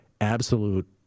absolute